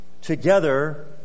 together